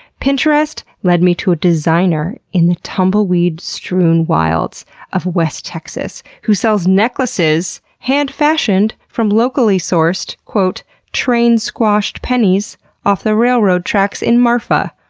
pinterest lead me to a designer in the tumbleweed-strewn wilds of west texas who sells necklaces hand fashioned from locally sourced train-squashed pennies off the railroad tracks in marfa.